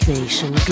Nation